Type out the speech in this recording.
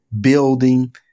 building